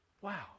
Wow